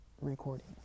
recording